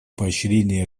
поощрении